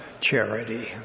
charity